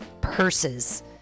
purses